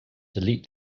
delete